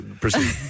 proceed